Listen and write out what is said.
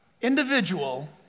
individual